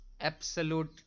absolute